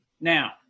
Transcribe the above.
now